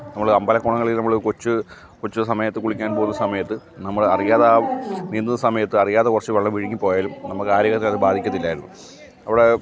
നമ്മൾ അമ്പലക്കുളങ്ങളിൽ നമ്മൾ കൊച്ച് കൊച്ച് സമയത്ത് കുളിക്കാൻ പോകുന്ന സമയത്ത് നമ്മൾ അറിയാതെ ആ നീന്തുന്ന സമയത്ത് അറിയാതെ കുറച്ചു വെള്ളം വിഴുങ്ങി പോയാലും നമുക്ക് ആരോഗ്യത്തെ അത് ബാധിക്കത്തില്ലായിരുന്നു അവിടെ